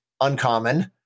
uncommon